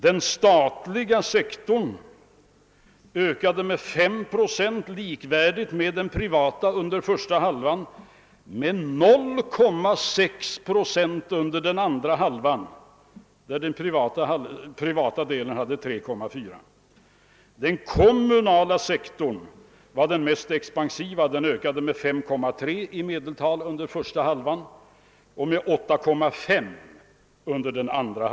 Den statliga sektorns konsumtion ökade lika mycket som den privatas, d.v.s. med 5 procent under första hälften av 1960-talet, och med 0,6 procent under andra hälften, då den privata sektorns konsumtionsökning alltså uppgick till 3,4 procent. Den kommunala sektorn var den mest expansiva. Dess konsumtion ökade med 5,3 procent under första halvan av 1960-talet och med 8,5 procent under den andra.